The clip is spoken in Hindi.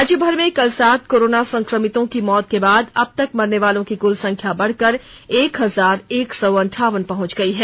राज्य भर में कल सात कोरोना संक्रमितों की मौत के बाद अब तक मरने वालों की क्ल संख्या बढ़कर एक हजार एक सौ अंठावन पहुंच गई है